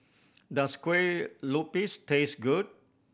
does kue lupis taste good